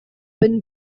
been